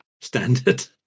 standard